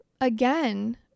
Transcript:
again